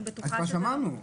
כבר שמענו.